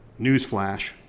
Newsflash